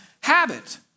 habit